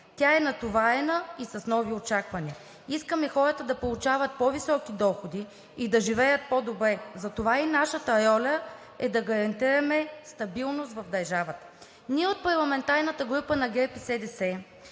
тя е натоварена и с нови очаквания. Искаме хората да получават по-високи доходи и да живеят по добре и затова нашата роля е да гарантираме стабилност в държавата. От парламентарната група на ГЕРБ-СДС